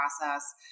process